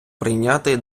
прийняти